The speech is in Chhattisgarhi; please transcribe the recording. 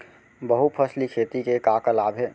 बहुफसली खेती के का का लाभ हे?